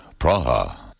Praha